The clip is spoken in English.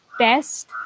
test